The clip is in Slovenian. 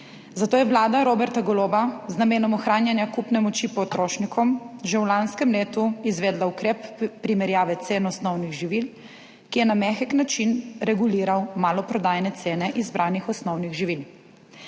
zato je Vlada Roberta Goloba z namenom ohranjanja kupne moči potrošnikom, že v lanskem letu izvedla ukrep primerjave cen osnovnih živil, ki je na mehek način reguliral maloprodajne cene izbranih osnovnih živil.